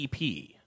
EP